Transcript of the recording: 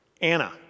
Anna